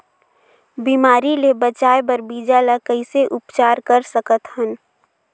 बिमारी ले बचाय बर बीजा ल कइसे उपचार कर सकत हन?